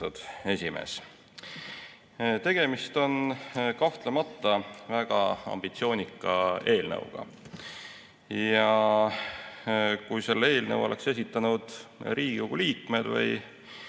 esimees! Tegemist on kahtlemata väga ambitsioonika eelnõuga. Kui selle eelnõu oleksid esitanud Riigikogu liikmed või